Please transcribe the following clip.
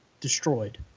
destroyed